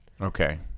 Okay